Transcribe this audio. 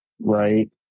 right